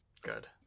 Good